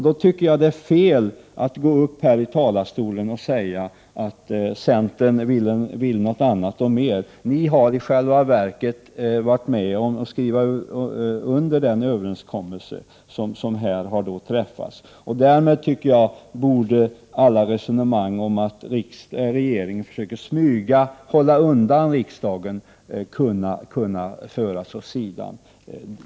Då tycker jag att det är fel att Per-Ola Eriksson går upp talarstolen och säger att centern vill något annat. Centern har i själva verket varit med om att fatta beslut om den överenskommelse som har träffats. Därmed tycker jag att alla resonemang om att regeringen försöker smyga och hålla undan riksdagen kan föras åt sidan.